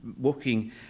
walking